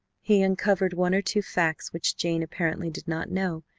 he uncovered one or two facts which jane apparently did not know,